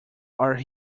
are